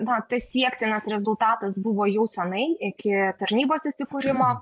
na tas siektinas rezultatas buvo jau senai iki tarnybos įsikūrimo